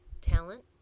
Talent